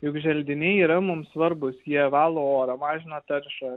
juk želdiniai yra mums svarbūs jie valo orą mažina taršą